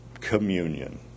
communion